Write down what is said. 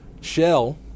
shell